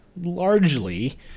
largely